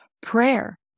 prayer